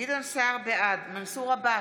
בעד מנסור עבאס,